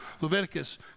Leviticus